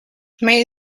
might